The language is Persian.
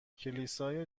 کلیسای